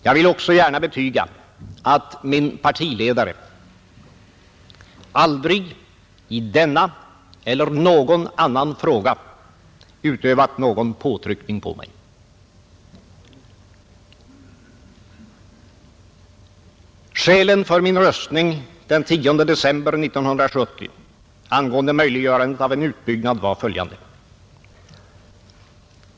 Jag vill också gärna betyga att min partiledare aldrig i denna eller någon annan fråga utövat någon påtryckning på mig. Skälen för min röstning den 10 december 1970 angående möjliggörandet av en utbyggnad var följande.